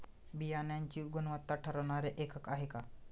बियाणांची गुणवत्ता ठरवणारे एकक आहे का?